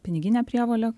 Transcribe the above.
piniginė prievolė